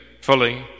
fully